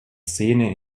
szene